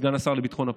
סגן השר לביטחון הפנים,